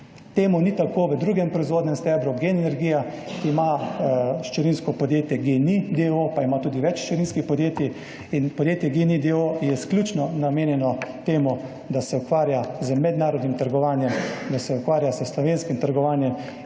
To ni tako v drugem proizvodnem stebru Gen energija, ki ima hčerinsko podjetje Gen-I, d. o. o., imapa tudi več hčerinskih podjetij. Podjetje GEN-I, d. o. o., je izključno namenjeno temu, da se ukvarja z mednarodnim trgovanjem, da se ukvarja s slovenskim trgovanjem